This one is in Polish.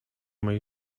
mej